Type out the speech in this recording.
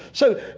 so,